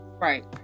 right